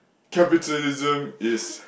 capitalism is